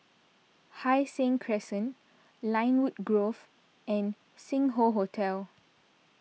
Hai Sing Crescent Lynwood Grove and Sing Hoe Hotel